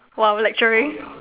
while lecturing